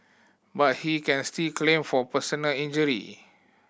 but he can still claim for personal injury